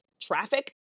traffic